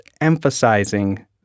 emphasizing